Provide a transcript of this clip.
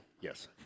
yes